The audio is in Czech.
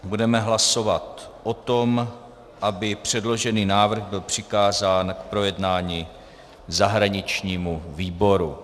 Budeme hlasovat o tom, aby předložený návrh byl přikázán k projednání zahraničnímu výboru.